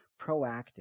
proactive